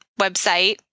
website